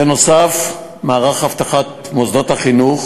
בנוסף, מערך אבטחת מוסדות החינוך